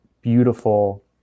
beautiful